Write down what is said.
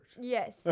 Yes